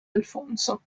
alfonso